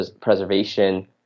preservation